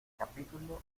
capítulo